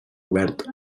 obert